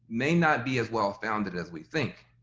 may not be as well founded as we think